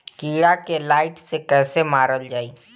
कीड़ा के लाइट से कैसे मारल जाई?